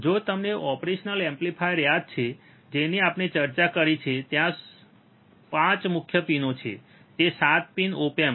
જો તમને operation amplifier યાદ છે જેની આપણે ચર્ચા કરી છે ત્યાં 5 મુખ્ય પિન છે તે 7 પિન ઓપ એમ્પ